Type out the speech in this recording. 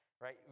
Right